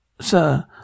sir